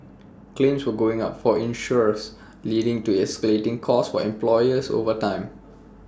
claims were going up for insurers leading to escalating costs for employers over time